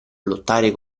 lottare